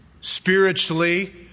spiritually